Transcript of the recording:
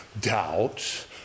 doubts